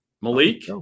Malik